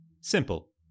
simple